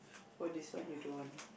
for this one you don't want